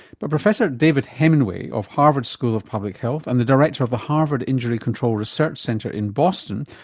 but professor david hemenway of harvard school of public health and the director of the harvard injury control research center in boston,